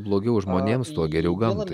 blogiau žmonėms tuo geriau gamtai